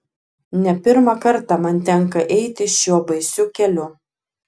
ne pirmą kartą man tenka eiti šiuo baisiu keliu